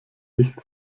nicht